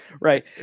Right